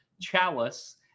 chalice